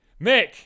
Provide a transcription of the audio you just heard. Mick